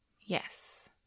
Yes